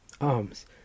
arms